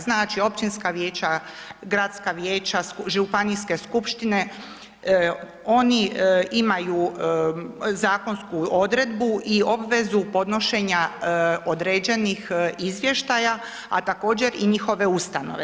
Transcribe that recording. Znači, općinska vijeća, gradska vijeća, županijske skupštine, oni imaju zakonsku odredbu i obvezu podnošenja određenih izvještaja, a također, i njihove ustanove.